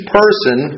person